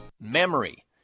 Memory